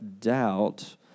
doubt